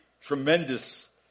tremendous